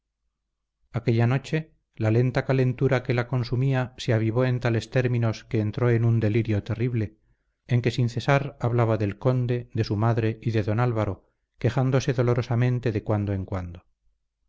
aquella noche la lenta calentura que la consumía se avivó en tales términos que entró en un delirio terrible en que sin cesar hablaba del conde de su madre y de don álvaro quejándose dolorosamente de cuando en cuando